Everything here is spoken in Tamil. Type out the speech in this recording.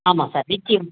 ஆமாம் சார்